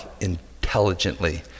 intelligently